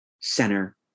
center